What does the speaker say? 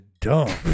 dumb